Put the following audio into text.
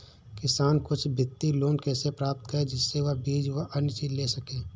किसान कुछ वित्तीय लोन कैसे प्राप्त करें जिससे वह बीज व अन्य चीज ले सके?